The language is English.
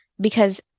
because-